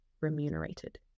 remunerated